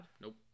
Nope